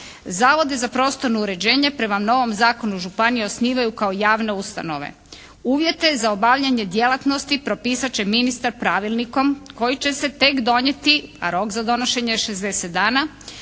Zavodi za prostorno uređenje prema novom zakonu županije osnivaju kao javne ustanove. Uvjete za obavljanje djelatnosti propisat će ministar pravilnikom koji će se tek donijeti, a rok za donošenje je 60 dana,